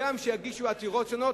הגם שיגישו עתירות שונות,